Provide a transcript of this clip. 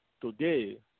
Today